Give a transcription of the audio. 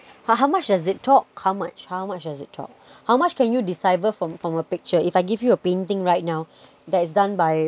how how much does it talk how much how much does it talk how much can you decipher from from a picture if I give you a painting right now that is done by